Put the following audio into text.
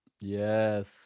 Yes